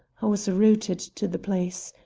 i was rooted to the place.